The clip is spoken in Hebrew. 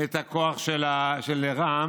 את הכוח של רע"מ,